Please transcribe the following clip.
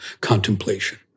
contemplation